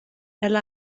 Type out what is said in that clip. ella